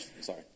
sorry